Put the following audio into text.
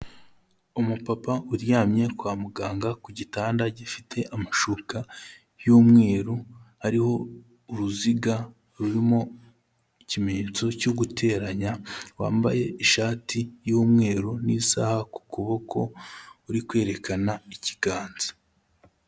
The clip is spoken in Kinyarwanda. Umupapa uryamye kwa muganga ku gitanda gifite amashuka y'umweru, ariho uruziga rurimo ikimenyetso cyo guteranya, wambaye ishati y'umweru n'isaha ku kuboko, uri kwerekana ikiganza.